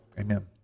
amen